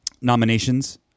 nominations